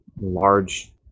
large